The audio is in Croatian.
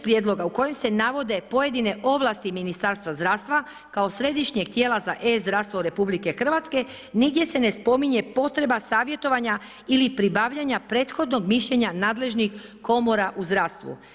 Prijedloga u kojem se navode pojedine ovlasti Ministarstva zdravstva kao središnjeg tijela za e-zdravstvo RH nigdje se ne spominje potreba savjetovanja ili pribavljanja prethodnog mišljenja nadležnih komora u zdravstvu.